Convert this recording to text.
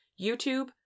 YouTube